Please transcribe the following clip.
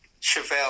chevelle